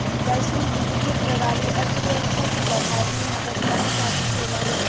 वैश्विक वित्तीय प्रणाली अर्थव्यवस्था के बढ़ावे में मददगार साबित होला